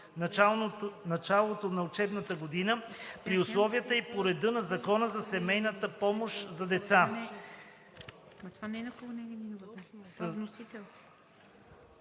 началото на учебната година, при условията и по реда на Закона за семейни помощи за деца.“